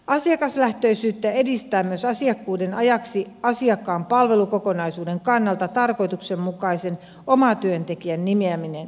asiakaslähtöisyyttä edistää myös asiakkaan palvelukokonaisuuden kannalta tarkoituksenmukaisen omatyöntekijän nimeäminen asiakkuuden ajaksi